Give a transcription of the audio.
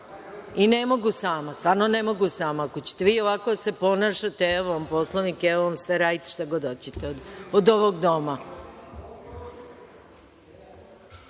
I ne mogu sama. Stvarno ne mogu sama. Ako ćete vi ovako da se ponašate, evo vam Poslovnik, evo vam sve, radite šta god hoćete od ovog Doma.